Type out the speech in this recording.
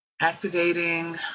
activating